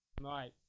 Right